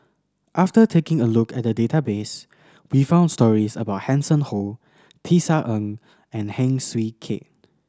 after taking a look at the database we found stories about Hanson Ho Tisa Ng and Heng Swee Keat